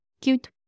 Cute